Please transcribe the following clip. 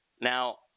Now